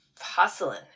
hustling